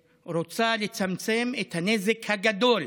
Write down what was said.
לצמצם את הנזק הגדול